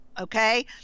okay